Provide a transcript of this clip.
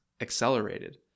accelerated